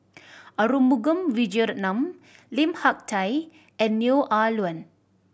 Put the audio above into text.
Arumugam Vijiaratnam Lim Hak Tai and Neo Ah Luan